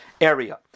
area